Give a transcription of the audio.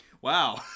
Wow